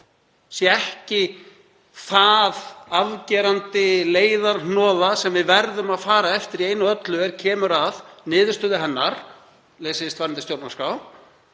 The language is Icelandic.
sé ekki sú afgerandi leiðarhnoða sem við verðum að fara eftir í einu og öllu er kemur að niðurstöðu hennar, lesist varðandi